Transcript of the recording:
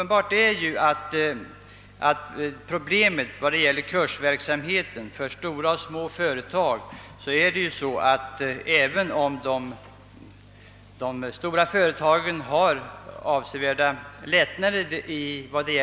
När det gäller kursverksamhet för stora och små företag är det uppenbart, att de stora företagen har avsevärda lättnader.